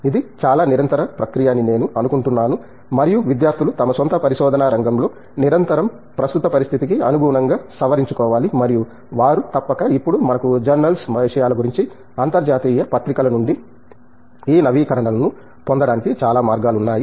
ఇది చాలా నిరంతర ప్రక్రియ అని నేను అనుకుంటున్నాను మరియు విద్యార్థులు తమ సొంత పరిశోధనా రంగంలో నిరంతరం ప్రస్తుత పరిస్థితికి అనుగుణంగా సవరించుకోవాలి మరియు వారు తప్పక ఇప్పుడు మనకు జర్నల్స్ విషయాల గురించి అంతర్జాతీయ పత్రిక ల నుండి ఈ నవీకరణలను పొందడానికి చాలా మార్గాలు ఉన్నాయి